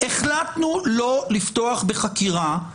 החלטנו לא לפתוח בחקירה,